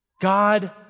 God